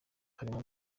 harimo